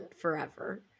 forever